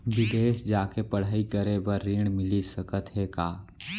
बिदेस जाके पढ़ई करे बर ऋण मिलिस सकत हे का?